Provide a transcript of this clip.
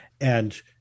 And-